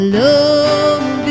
love